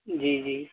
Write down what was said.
جی جی